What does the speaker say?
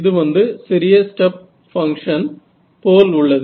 இது வந்து சிறிய ஸ்டெப் பங்க்ஷன் போல் உள்ளது